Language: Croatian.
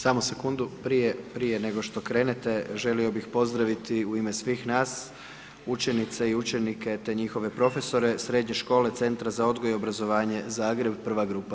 Samo sekundu, prije, prije nego što krenete želio bih pozdraviti u ime svih nas učenice i učenike, te njihove profesore Srednje škole Centra za odgoj i obrazovanje Zagreb, prva grupa.